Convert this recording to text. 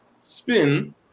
spin